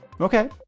Okay